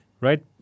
right